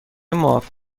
معاف